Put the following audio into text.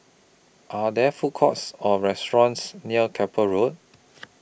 Are There Food Courts Or restaurants near Keppel Road